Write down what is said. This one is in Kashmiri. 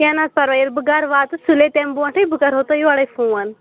کیٚنٛہہ نہَ حظ پَرواے ییٚلہِ بہٕ گَرٕ واتہٕ سُلے تَمہِ برٛونٛٹھٕے بہٕ کَرہو تۄہہِ یورے فون